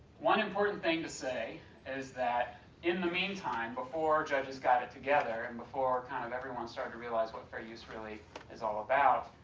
one important thing to say is that in the mean time before judges got it together and before kind of everyone started to realize what fair use really is all about,